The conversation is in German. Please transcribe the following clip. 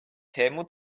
helmut